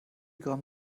gramm